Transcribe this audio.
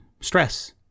stress